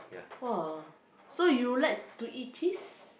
!wah! so you like to eat cheese